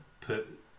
put